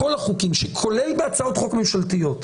בכל החוקים, כולל בהצעות חוק ממשלתיות